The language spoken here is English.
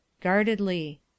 Guardedly